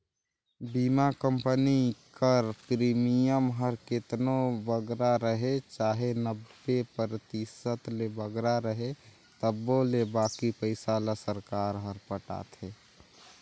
बीमा कंपनी कर प्रीमियम हर केतनो बगरा रहें चाहे नब्बे परतिसत ले बगरा रहे तबो ले बाकी पइसा ल सरकार हर पटाथे